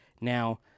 Now